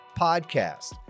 podcast